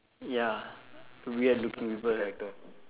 ya weird looking people